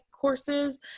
courses